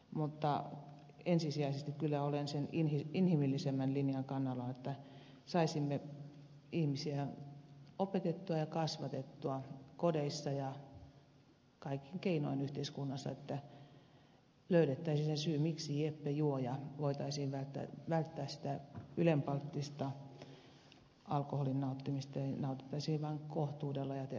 mutta ensisijaisesti kyllä olen sen inhimillisemmän linjan kannalla että saisimme ihmisiä opetettua ja kasvatettua kodeissa ja kaikin keinoin yhteiskunnassa että löydettäisiin se syy miksi jeppe juo ja voitaisiin välttää sitä ylenpalttista alkoholin nauttimista ja nautittaisiin vaan kohtuudella ja terveydeksi